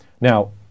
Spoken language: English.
now